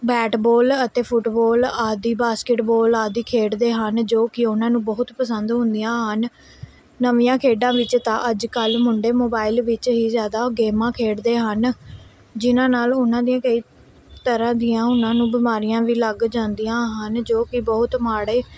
bat ball ਅਤੇ football ਆਦਿ basketball ਆਦਿ ਖੇਡਦੇ ਹਨ ਜੋ ਕਿ ਉਹਨਾਂ ਨੂੰ ਬਹੁਤ ਪਸੰਦ ਹੁੰਦੀਆਂ ਹਨ ਨਵੀਆਂ ਖੇਡਾਂ ਵਿੱਚ ਤਾਂ ਅੱਜ ਕੱਲ੍ਹ ਮੁੰਡੇ ਮੋਬਾਈਲ ਵਿੱਚ ਹੀ ਜ਼ਿਆਦਾ ਗੇਮਾਂ ਖੇਡਦੇ ਹਨ ਜਿਹਨਾਂ ਨਾਲ ਉਹਨਾਂ ਦੀਆਂ ਕਈ ਤਰ੍ਹਾਂ ਦੀਆਂ ਉਹਨਾਂ ਨੂੰ ਬਿਮਾਰੀਆਂ ਵੀ ਲੱਗ ਜਾਂਦੀਆਂ ਹਨ ਜੋ ਕਿ ਬਹੁਤ ਮਾੜੇ